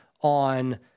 on